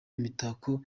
imitako